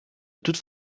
toutes